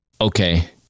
okay